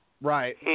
Right